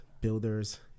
builders—